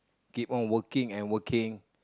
keep on working and working